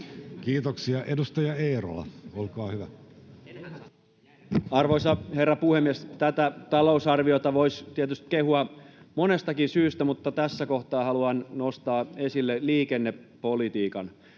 Kiitoksia. — Edustaja Eerola, olkaa hyvä. Arvoisa herra puhemies! Tätä talousarviota voisi tietysti kehua monestakin syystä, mutta tässä kohtaa haluan nostaa esille liikennepolitiikan.